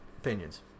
opinions